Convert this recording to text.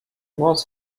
was